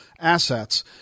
assets